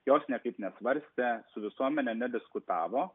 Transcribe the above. jos niekaip nesvarstę su visuomene nediskutavo